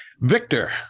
Victor